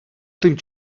тим